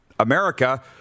America